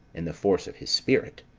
in the force of his spirit.